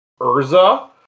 Urza